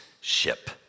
ship